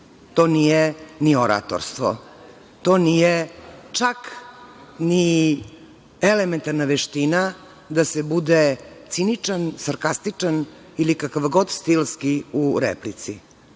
to nije ni oratorstvo, to nije čak ni elementarna veština da se bude ciničan, sarkastičan ili kakv god stilski u replici. Potpuno